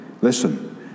Listen